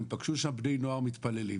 הם פגשו שם בני נוער מתפללים.